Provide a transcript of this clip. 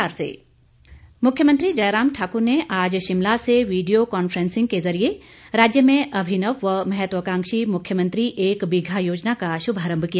मुख्यमंत्री मुख्यमंत्री जयराम ठाकुर ने आज शिमला से वीडियो कॉन्फ्रेंसिंग के जरीये राज्य में अभिनव व महत्वकांक्षी मुख्यमंत्री एक बीघा योजना का शुभारंभ किया